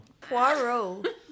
Poirot